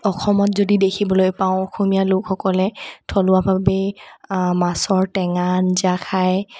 অসমত যদি দেখিবলৈ পাওঁ অসমীয়া লোকসকলে থলুৱাভাৱেই মাছৰ টেঙাৰ আঞ্জা খায়